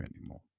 anymore